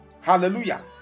Hallelujah